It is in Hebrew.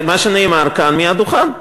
את מה שנאמר כאן מהדוכן.